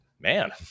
man